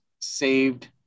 saved